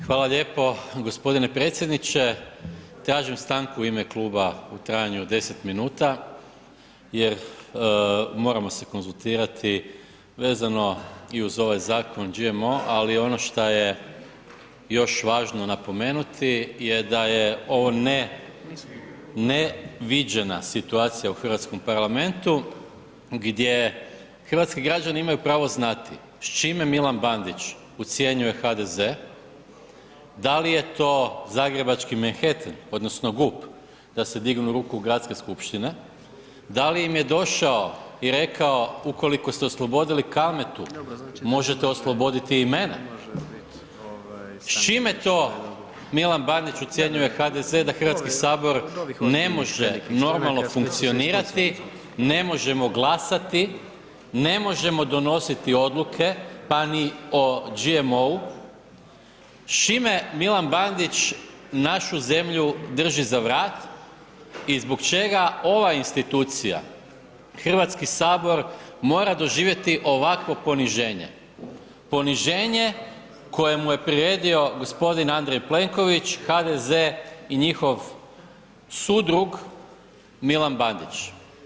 Hvala lijepo. g. Predsjedniče, tražim stanku u ime kluba u trajanju od 10 minuta jer moramo se konzultirati vezano i uz ovaj Zakon GMO, ali ono šta je još važno napomenuti je da je ovo ne, ne viđena situacija u hrvatskom parlamentu gdje hrvatski građani imaju pravo znati s čime Milan Bandić ucjenjuje HDZ, da li je to zagrebački Manhattan odnosno GUP, da se dignu ruku u Gradske skupštine, da li im je došao i rekao ukoliko ste oslobodili Kalmetu možete osloboditi i mene, s čime to Milan Bandić ucjenjuje HDZ da HS ne može normalno funkcionirati, ne možemo glasati, ne možemo donositi odluke, pa ni o GMO-u, s čime Milan Bandić našu zemlju drži za vrat i zbog čega ova institucija, HS mora doživjeti ovakvo poniženje, poniženje koje mu je priredio g. Andrej Plenković, HDZ i njihov sudrug Milan Bandić.